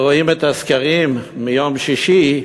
כאשר רואים את הסקרים מיום שישי,